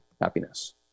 happiness